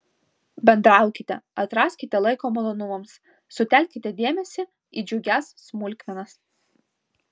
bendraukite atraskite laiko malonumams sutelkite dėmesį į džiugias smulkmenas